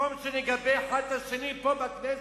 במקום שנגבה אחד את השני פה בכנסת,